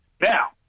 now